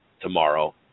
tomorrow